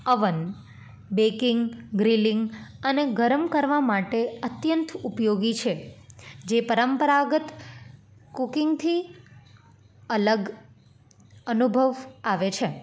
oven baking grilling અને ગરમ કરવા માટે અત્યંત ઉપયોગી છે જે પરંપરાગત કૂકિંગથી અલગ અનુભવ આવે છે